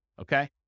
Okay